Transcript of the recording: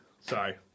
Sorry